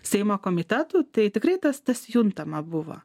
seimo komitetų tai tikrai tas tas juntama buvo